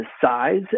size